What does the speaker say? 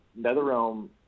NetherRealm